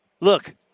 look